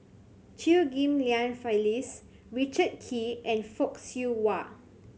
Chew Ghim Lian Phyllis Richard Kee and Fock Siew Wah